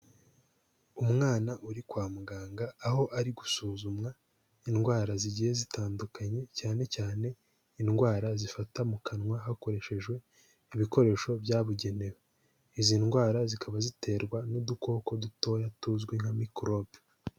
Umwana uri kwa muganga, aho ari gusuzumwa indwara zigiye zitandukanye cyane cyane indwara zifata mu kanwa, hakoreshejwe ibikoresho byabugenewe. Izi ndwara zikaba ziterwa n'udukoko dutoya tuzwi nka mikorobe.